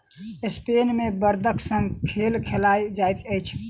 Spain मे बड़दक संग खेल खेलायल जाइत अछि